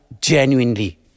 genuinely